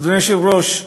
אדוני היושב-ראש,